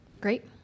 Great